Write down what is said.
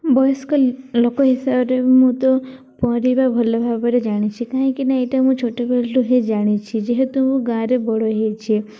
ବୟସ୍କ ଲୋକ ହିସାବରେ ମୁଁ ତ ପହଁରିବା ଭଲ ଭାବରେ ଜାଣିଛି କାହିଁକି ନା ଏଇଟା ମୁଁ ଛୋଟବେଳଠୁ ହିଁ ଜାଣିଛି ଯେହେତୁ ମୁଁ ଗାଁରେ ବଡ଼ ହେଇଛି